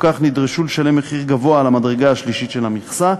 כך נדרשו לשלם מחיר גבוה על המדרגה השלישית של המכסה,